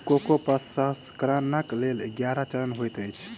cocoa प्रसंस्करणक लेल ग्यारह चरण होइत अछि